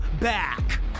back